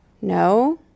no